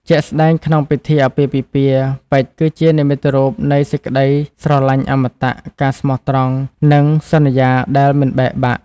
ជាក់ស្តែងក្នុងពិធីអាពាហ៍ពិពាហ៍ ពេជ្រ គឺជានិមិត្តរូបនៃសេចក្ដីស្រលាញ់អមតៈ ការស្មោះត្រង់ និងសន្យាដែលមិនបែកបាក់។